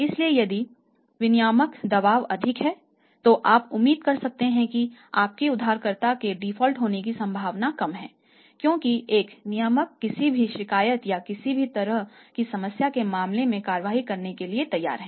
इसलिए यदि विनियामक दबाव अधिक है तो आप उम्मीद कर सकते हैं कि आपके उधारकर्ता के डिफ़ॉल्ट होने की संभावना कम है क्योंकि एक नियामक किसी भी शिकायत या किसी भी तरह की समस्या के मामले में कार्रवाई करने के लिए तैयार हैं